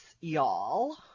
y'all